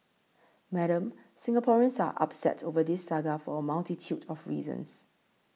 Madam Singaporeans are upset over this saga for a multitude of reasons